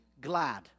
glad